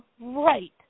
right